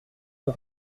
peu